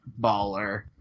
baller